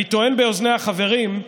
אני טוען באוזני החברים,